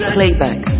Playback